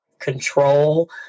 control